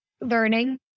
learning